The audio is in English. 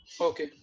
Okay